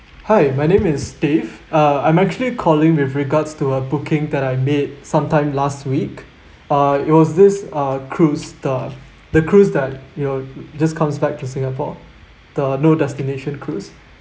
hi my name is dave uh I'm actually calling with regards to a booking that I made sometime last week uh it was this uh cruise the the cruise that you know just comes back to singapore the no destination cruise